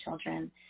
children